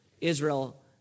Israel